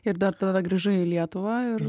ir dar tada grįžai į lietuvą ir